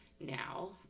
now